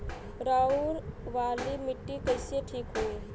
ऊसर वाली मिट्टी कईसे ठीक होई?